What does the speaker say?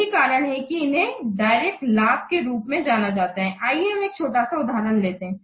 यही कारण है कि इन्हें डायरेक्ट लाभ के रूप में जाना जाता है आइए हम एक छोटा उदाहरण लेते हैं